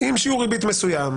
עם שיעור ריבית מסוים,